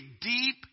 deep